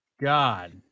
God